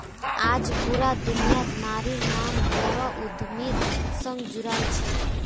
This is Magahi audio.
आज पूरा दुनियात नारिर नाम बोरो उद्यमिर संग जुराल छेक